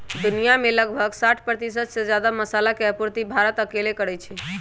दुनिया में लगभग साठ परतिशत से जादा मसाला के आपूर्ति भारत अकेले करई छई